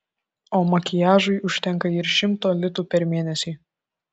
o makiažui užtenka ir šimto litų per mėnesį